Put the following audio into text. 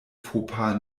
fauxpas